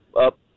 up